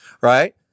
Right